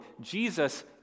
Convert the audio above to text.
Jesus